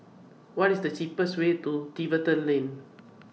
What IS The cheapest Way to Tiverton Lane